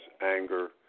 anger